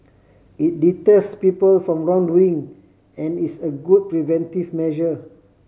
it deters people from wrongdoing and is a good preventive measure